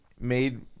made